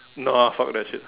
nah fuck that shit